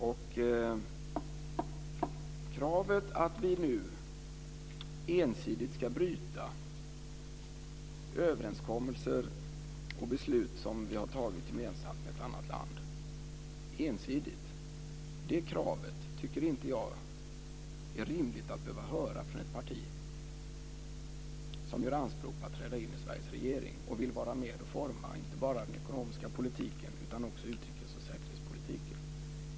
Och kravet på att vi nu ensidigt ska bryta överenskommelser och beslut som vi har fattat gemensamt med ett annat land tycker inte jag är rimligt att behöva höra från ett parti som gör anspråk på att träda in i Sveriges regering och vill vara med och forma inte bara den ekonomiska politiken utan också utrikes och säkerhetspolitiken.